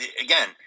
again